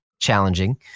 challenging